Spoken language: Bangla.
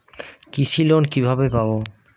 কৃষি লোন কিভাবে পাব?